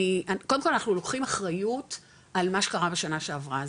קודם כל אנחנו לוקחים אחריות על מה שקרה בשנה שעברה,